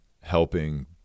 helping